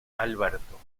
alberto